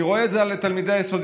אני רואה את זה על תלמידי היסודי.